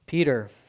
Peter